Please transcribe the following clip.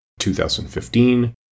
2015